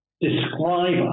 describe